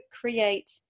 create